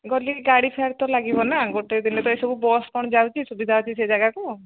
ଗଲେ ଗାଡ଼ି ଫ୍ୟାର ତ ଲାଗିବ ନା ଗୋଟେ ଦିନେ ତ ଏସବୁ ବସ୍ କ'ଣ ଯାଉଛି ସୁବିଧା ଅଛି ସେ ଜାଗାକୁ